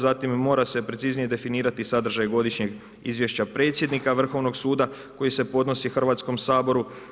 Zatim, mora se preciznije definirati sadržaj godišnjeg izvješća predsjednika Vrhovnog suda koji se podnosi Hrvatskom saboru.